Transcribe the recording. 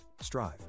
strive